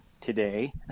today